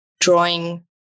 drawing